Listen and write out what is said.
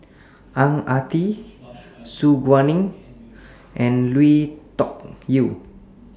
Ang Ah Tee Su Guaning and Lui Tuck Yew